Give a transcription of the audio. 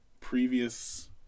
previous